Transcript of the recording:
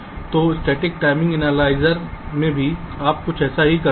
तो static timing analyser में भी आप कुछ ऐसा ही करते हैं